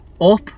up